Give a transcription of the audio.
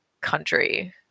country